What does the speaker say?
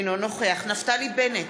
אינו נוכח נפתלי בנט,